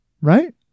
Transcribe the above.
right